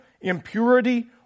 impurity